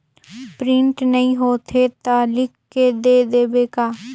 Print नइ होथे ता लिख के दे देबे का?